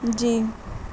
جی